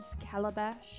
Calabash